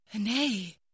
Nay